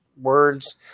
words